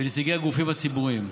ונציגי הגופים הציבוריים.